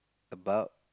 about